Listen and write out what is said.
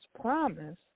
promise